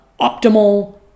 optimal